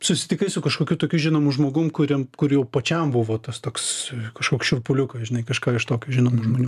susitikai su kažkokiu tokiu žinomu žmogum kuriam kur jau pačiam buvo tas toks kažkoks šiurpuliukas žinai kažką iš tokių žinomų žmonių